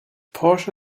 porsche